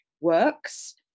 works